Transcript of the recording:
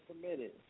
committed